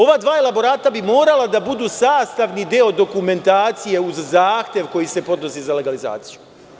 Ova dva elaborata bi morala da budu sastavni deo dokumentacije uz zahtev koji se podnosi za legalizaciju.